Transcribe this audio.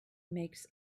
makes